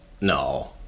No